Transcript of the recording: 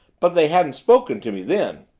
but they hadn't spoken to me then.